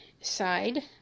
side